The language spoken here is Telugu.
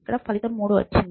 ఇక్కడ ఫలితం 3